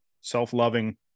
self-loving